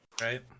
Right